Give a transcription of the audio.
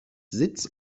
sitz